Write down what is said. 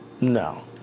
No